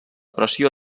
pressió